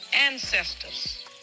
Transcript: ancestors